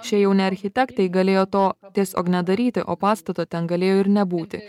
šie jauni architektai galėjo to tiesiog nedaryti o pastato ten galėjo ir nebūti